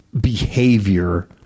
behavior